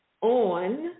on